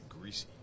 greasy